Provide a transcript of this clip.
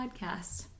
Podcast